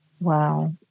Wow